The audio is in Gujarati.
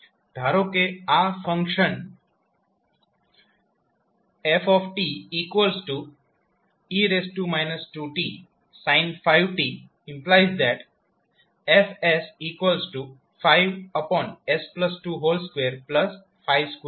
ધારો કે આ function fe 2tsin 5t F5s2252 છે